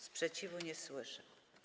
Sprzeciwu nie słyszę.